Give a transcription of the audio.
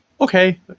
okay